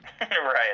Right